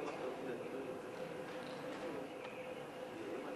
את הנושא לוועדת הפנים והגנת הסביבה נתקבלה.